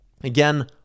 Again